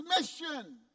mission